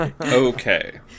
Okay